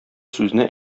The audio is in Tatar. сүзне